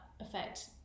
effect